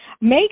Make